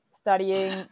studying